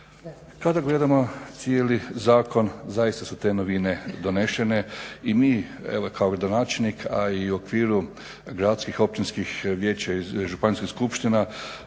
Kada gledamo cijeli zakon zaista su te novine donesene i mi evo i kao gradonačelnik a i u okviru gradskih općinskih vijeća i županijskih skupština